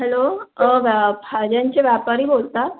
hello भा भाज्यांचे व्यापारी बोलता